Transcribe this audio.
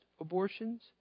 abortions